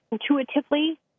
intuitively